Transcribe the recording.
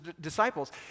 disciples